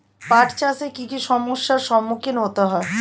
পাঠ চাষে কী কী সমস্যার সম্মুখীন হতে হয়?